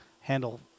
handle